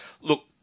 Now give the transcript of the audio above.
look